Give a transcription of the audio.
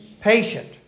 Patient